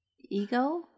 ego